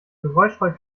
geräuschvoll